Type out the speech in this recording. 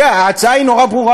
ההצעה נורא ברורה,